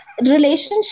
relationship